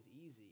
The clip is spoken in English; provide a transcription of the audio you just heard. easy